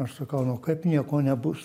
aš sakau nu kaip nieko nebus